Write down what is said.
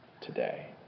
today